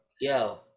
yo